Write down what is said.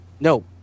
No